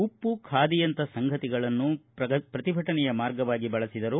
ಉಪ್ಪು ಖಾದಿಯಂಥ ಸಂಗತಿಗಳನ್ನು ಪ್ರತಿಭಟನೆಯ ಮಾರ್ಗವಾಗಿ ಬಳಸಿದರು